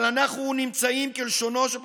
אבל אנחנו נמצאים, כלשונו של פרופ'